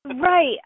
Right